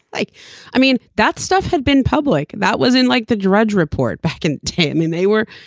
like i mean that stuff had been public that wasn't like the drudge report back and time and they were.